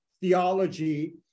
theology